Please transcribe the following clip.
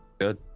good